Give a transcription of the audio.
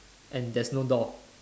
and there's no door